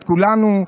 את כולנו,